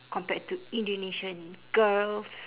compared to indonesian girls